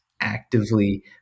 Actively